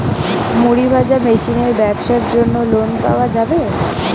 মুড়ি ভাজা মেশিনের ব্যাবসার জন্য লোন পাওয়া যাবে?